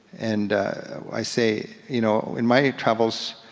and i say, you know in my travels,